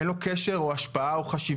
אין לו קשר או השפעה או חשיבות